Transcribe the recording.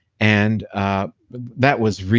and that was